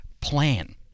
plan